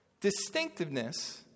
Distinctiveness